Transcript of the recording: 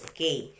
Okay